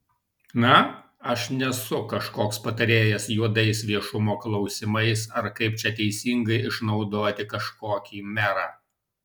na aš nesu kažkoks patarėjas juodais viešumo klausimais ar kaip čia teisingai išnaudoti kažkokį merą